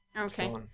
Okay